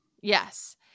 Yes